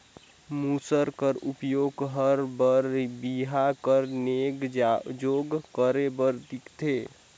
मूसर कर उपियोग हर बर बिहा कर नेग जोग करे बर दिखथे